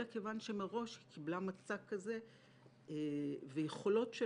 אלא כיון שמראש היא קיבלה מצע כזה ויכולות של